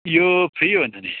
यो फ्री हो नानी